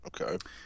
Okay